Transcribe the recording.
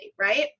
right